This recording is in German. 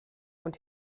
und